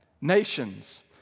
nations